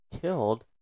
killed